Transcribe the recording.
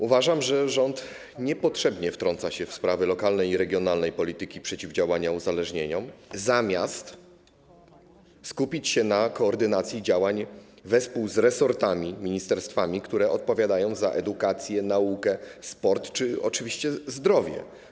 Uważam, że rząd niepotrzebnie wtrąca się w sprawy lokalnej i regionalnej polityki przeciwdziałania uzależnieniom, zamiast skupić się na koordynacji działań wespół z resortami, ministerstwami, które odpowiadają za edukację, naukę, sport czy oczywiście zdrowie.